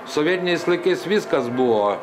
sovietiniais laikais viskas buvo